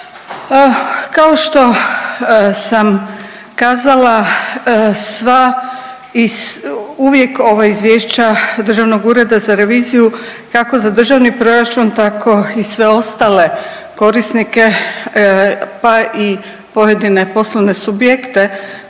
Kao što sam kazala sva i uvijek ova izvješća Državnog ureda za reviziju kako za državni proračun tako i sve ostale korisnike pa i pojedine poslovne subjekte